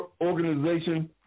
organization